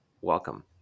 welcome